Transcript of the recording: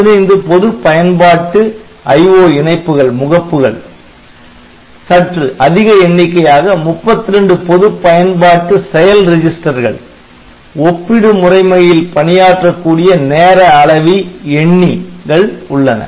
15 பொது பயன்பாட்டு IO இணைப்புகள் முகப்புகள் சற்று அதிக எண்ணிக்கையாக 32 பொதுப் பயன்பாட்டு செயல் ரெஜிஸ்டர் கள் ஒப்பிடு முறைமையில் பணியாற்றக்கூடிய நேர அளவி எண்ணிகள் உள்ளன